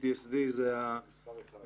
היא --- מספר אחת.